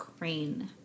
Crane